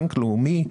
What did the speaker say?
בנק לאומי,